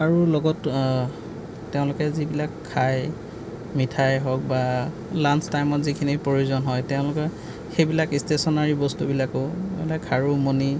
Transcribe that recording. আৰু লগত তেওঁলোকে যিবিলাক খায় মিঠাই হওঁক বা লাঞ্চ টাইমত যিখিনি প্ৰয়োজন হয় তেওঁলোকে সেইবিলাক ষ্টেশ্যনেৰী বস্তুবিলাকো মানে খাৰু মণি